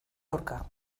aurka